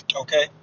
Okay